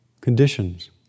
conditions